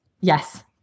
Yes